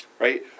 right